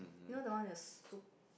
you know the one with the soup